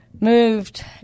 moved